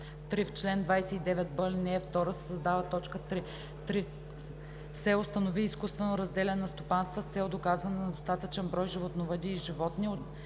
3. В чл. 29б, ал. 2 се създава т. 3: „3. се установи изкуствено разделяне на стопанства с цел доказване на достатъчен брой животновъди и животни,